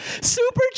Super